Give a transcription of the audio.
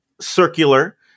circular